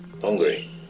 Hungry